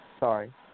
Sorry